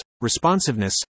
responsiveness